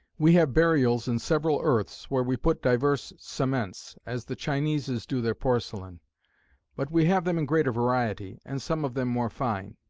we have burials in several earths, where we put diverse cements, as the chineses do their porcellain. but we have them in greater variety, and some of them more fine.